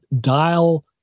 dial